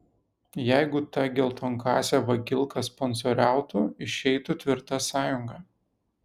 jeigu ta geltonkasė vagilka sponsoriautų išeitų tvirta sąjunga